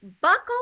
Buckle